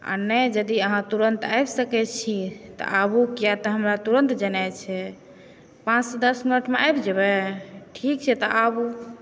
आ नहि यदि अहाँ तुरन्त आबि सकै छी तऽ आबु कियातऽ हमरा तुरन्त जेनाइ छै पाँचसँ दश मिनटमे आबि जेबै ठीक छै तऽ आबू